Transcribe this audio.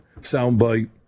soundbite